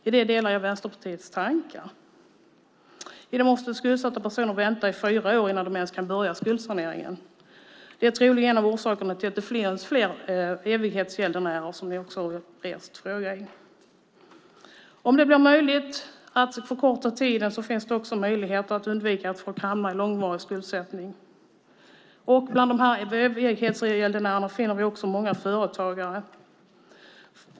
I det delar jag Vänsterpartiets tankar. I dag måste skuldsatta personer vänta i fyra år innan de ens kan börja skuldsaneringen. Det är troligen en av orsakerna till att det blir flera evighetsgäldenärer. Om det blir möjligt att förkorta väntetiden finns det också möjlighet att undvika att folk hamnar i långvarig skuldsättning. Bland evighetsgäldenärerna finner vi också många företagare.